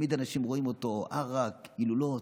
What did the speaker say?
תמיד אנשים רואים אותו, ערק, הילולות.